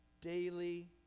daily